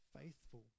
faithful